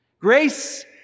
Grace